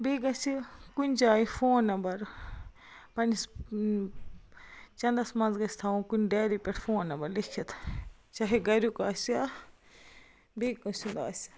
بیٚیہِ گَژھِ کُنہِ جایہِ فون نمبر پنٛنِس چنٛدس منٛز گَژھِ تھاوُن کُنہِ ڈیری پٮ۪ٹھ فون نمبر لِیٚکِتھ چاہے گَریُک آسہِ یا بیٚیہِ کٲنٛسہِ ہُنٛد آسہِ